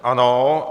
Ano.